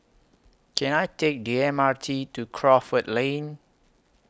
Can I Take The M R T to Crawford Lane